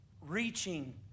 reaching